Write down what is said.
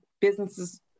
businesses